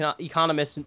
economists